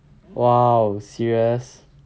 !wow! serious